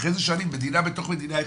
אחרי זה שואלים מדינה בתוך מדינה,